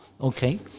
okay